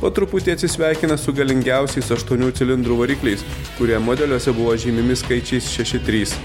po truputį atsisveikina su galingiausiais aštuonių cilindrų varikliais kurie modeliuose buvo žymimi skaičiais šeši trys